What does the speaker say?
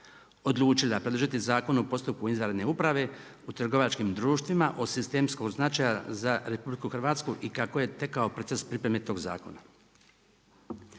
odlučila predložili Zakon o postupku izvanredne uprave u trgovačkim društvima od sistemskog značaja za RH i kako je tekao proces pripreme tog zakona.